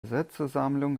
sätzesammlung